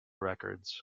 records